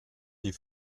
die